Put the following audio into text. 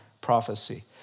prophecy